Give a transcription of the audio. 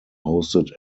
hosted